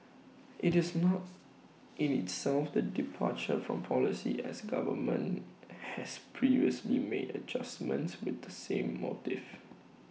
IT is not in itself the departure from policy as government has previously made adjustments with the same motive